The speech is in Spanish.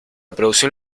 producción